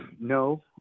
No